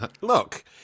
Look